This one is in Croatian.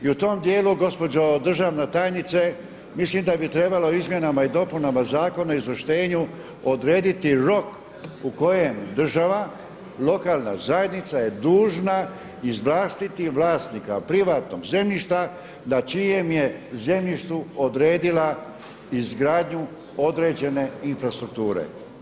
I u tom dijelu gospođo državna tajnice mislim da bi trebalo izmjenama i dopunama Zakona o izvlaštenju odrediti rok u kojem država, lokalna zajednica je dužna izvlastiti vlasnika privatnog zemljišta na čijem je zemljištu odredila izgradnju određene infrastrukture.